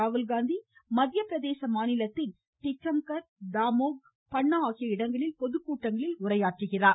ராகுல்காந்தி மத்திய பிரதேச மாநிலத்தில் டிக்கம்கர் தாமோஹ் பண்ணா ஆகிய இடங்களில் பொதுக்கூட்டங்களில் உரையாற்றுகிறார்